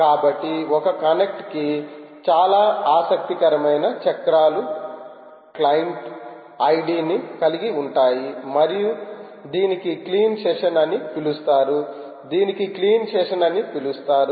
కాబట్టి ఒక కనెక్ట్కి చాలా ఆసక్తికరమైన చక్రాలు క్లయింట్ ఐడిని కలిగి ఉంటాయి మరియు దీనికి క్లీన్ సెషన్ అని పిలుస్తారు దీనికి క్లీన్ సెషన్ అని పిలుస్తారు